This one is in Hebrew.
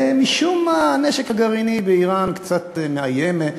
משום מה הנשק הגרעיני באיראן קצת מאיים,